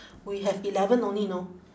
we have eleven only know